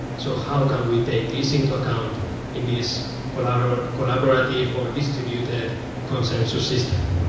so how can we take this into account in this collaborative or collaborative or distributed concepts or system?